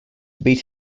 beat